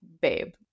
babe